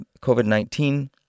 COVID-19